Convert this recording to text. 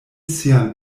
sian